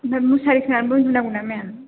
आमफ्राय मुसारि खोंनानैबो उन्दु नांगौना मेम